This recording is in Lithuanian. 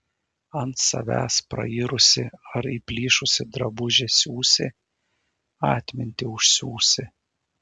ant savęs prairusį ar įplyšusį drabužį siūsi atmintį užsiūsi